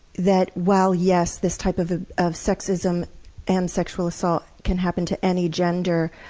that, while, yes, this type of ah of sexism and sexual assault can happen to any gender,